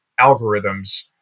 algorithms